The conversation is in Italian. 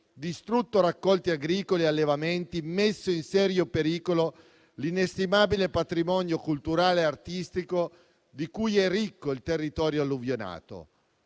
distrutto raccolti agricoli e allevamenti, messo in serio pericolo l'inestimabile patrimonio culturale e artistico di cui è ricco il territorio alluvioniato.